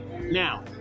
Now